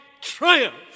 triumph